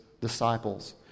disciples